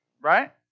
Right